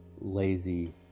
lazy